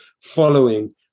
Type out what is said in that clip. following